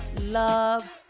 love